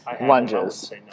Lunges